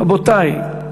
רבותי,